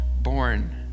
born